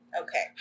okay